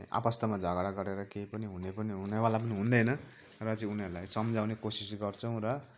आपस्तमा झगडा गरेर केही पनि हुने पनि हुनेवाला पनि हुँदैन र चाहिँ उनीहरूलाई सम्झाउने कोसिस गर्छौँ र